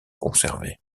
conservés